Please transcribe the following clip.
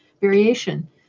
variation